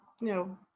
No